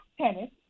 tennis